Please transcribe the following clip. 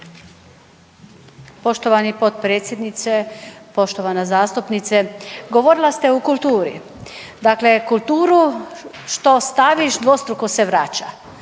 Poštovani potpredsjedniče, poštovana zastupnice govorila ste o kulturi, dakle, kulturu što ostaviš dvostruko se vraća,